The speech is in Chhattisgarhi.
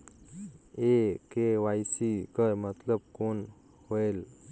ये के.वाई.सी कर मतलब कौन होएल?